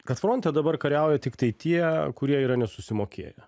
kad fronte dabar kariauja tiktai tie kurie yra nesusimokėję